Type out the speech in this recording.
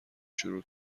شروع